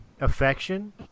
affection